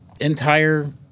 entire